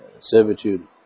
servitude